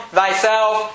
thyself